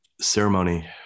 ceremony